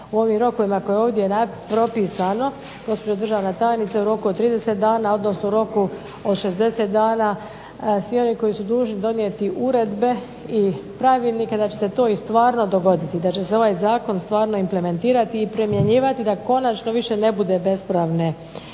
u ovim rokovima koji su ovdje propisani gospođo državna tajnice u roku od 30 dana, odnosno u roku od 60 dana svi oni koji su dužni donijeti uredbe i pravilnike da će se to i stvarno dogoditi, da će se ovaj zakon stvarno implementirati i primjenjivati da konačno više ne bude bespravne